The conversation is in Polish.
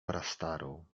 prastarą